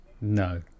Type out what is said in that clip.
no